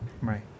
Right